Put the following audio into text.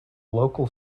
local